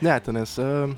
ne tenais